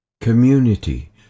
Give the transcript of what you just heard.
Community